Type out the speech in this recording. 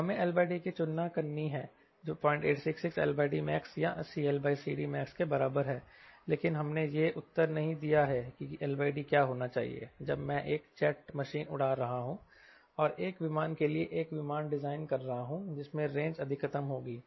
तो हमें LD की चुनना करनी है जो 0866 LDmax या CLCDmax के बराबर है लेकिन हमने यह उत्तर नहीं दिया है कि LD क्या होना चाहिए जब मैं एक जेट मशीन उड़ा रहा हूं और एक विमान के लिए एक विमान डिजाइन कर रहा हूं जिसमें रेंज अधिकतम होगी